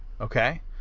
okay